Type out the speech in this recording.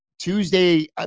Tuesday